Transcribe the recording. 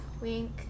wink